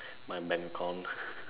my bank account